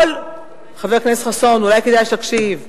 חבר הכנסת חסון, אולי כדאי שתקשיב.